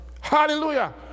Hallelujah